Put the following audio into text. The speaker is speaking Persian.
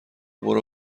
برو